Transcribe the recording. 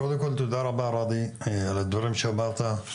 קודם כל, תודה רבה ראדי על הדברים שאמרת.